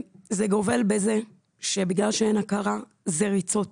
זה גובל בזה שבגלל שאין הכרה זה ריצות,